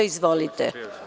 Izvolite.